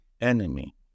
enemy